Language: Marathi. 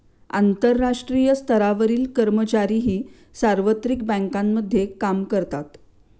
आंतरराष्ट्रीय स्तरावरील कर्मचारीही सार्वत्रिक बँकांमध्ये काम करतात